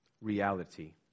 reality